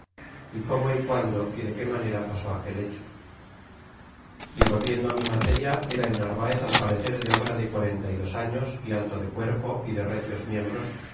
é como é criando e de qué manera pasó aquel hecho e volviendo é mi materia era e narvaez al parecer de obra de quarenta y dos años é alto de cuerpo é de recios miembros